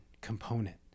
component